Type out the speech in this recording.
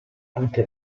anche